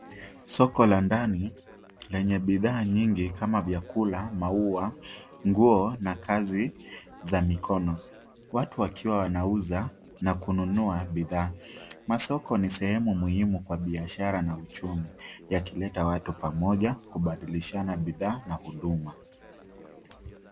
Soko la ndani lenye bidhaa nyingi kama ;vyakula, maua, nguo na kazi za mikono. Watu wakiwa wanauza na kununua bidhaa, masoko ni sehemu muhimu kwa biashara na uchumi yakileta watu pamoja kubadilishana bidhaa na huduma.